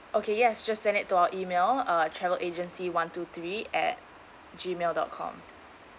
okay yes just send it to our email uh travel agency one two three at Gmail dot com